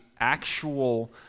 actual